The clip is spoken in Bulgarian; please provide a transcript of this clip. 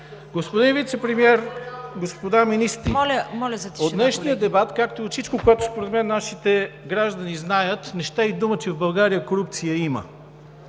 Господин Вицепремиер, господа министри! От днешния дебат, както и от всичко, което според мен нашите граждани знаят, не ще и дума, че корупция в